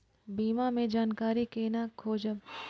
बीमा के जानकारी कोना खोजब?